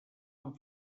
amb